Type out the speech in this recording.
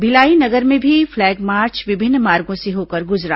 भिलाई नगर में भी फ्लैग मार्च विभिन्न मार्गो से होकर गुजरा